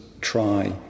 try